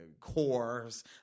cores